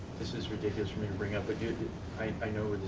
this is ridiculous for me to bring up, but i know